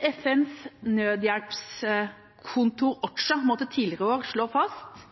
FNs nødhjelpskontor, OCHA, måtte tidligere i år slå fast